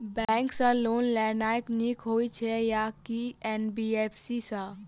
Bank सँ loan लेनाय नीक होइ छै आ की एन.बी.एफ.सी सँ?